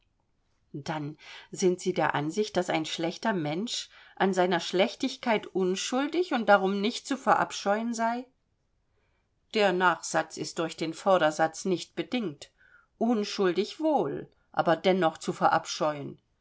dann sind sie der ansicht daß ein schlechter mensch an seiner schlechtigkeit unschuldig und darum nicht zu verabscheuen sei der nachsatz ist durch den vordersatz nicht bedingt unschuldig wohl aber dennoch zu verabscheuen